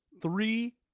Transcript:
three